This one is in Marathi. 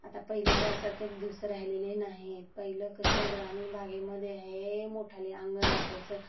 आता पहिलेच्यासारख्याच दिवस राहिलेले नाहीत पहिलं कसं ग्रामीण भागामध्ये हे मोठाले अंगण असायचं